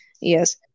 Yes